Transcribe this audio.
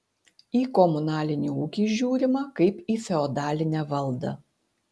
į komunalinį ūkį žiūrima kaip į feodalinę valdą